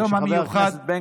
חבר הכנסת סעדי, תמשיך, בבקשה.